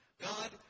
God